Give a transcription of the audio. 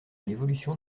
l’évolution